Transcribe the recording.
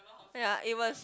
ya it was